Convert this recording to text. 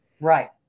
Right